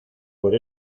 por